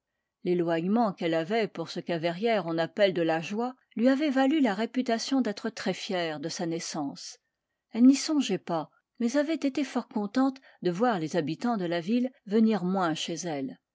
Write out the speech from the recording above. l'éloignement qu'elle avait pour ce qu'à verrières on appelle de la joie lui avait valu la réputation d'être très fière de sa naissance elle n'y songeait pas mais avait été fort contente de voir les habitants de la ville venir moins chez elle